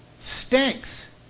Stinks